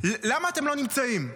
למה אתם לא נמצאים?